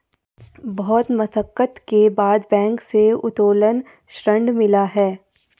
बहुत मशक्कत के बाद बैंक से उत्तोलन ऋण मिला है